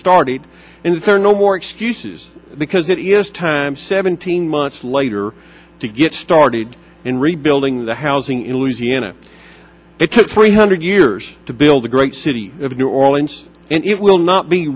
started in the third no more excuses because it is time seventeen months later to get started in rebuilding the housing in louisiana it took three hundred years to build the great city of new orleans and it will not be